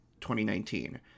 2019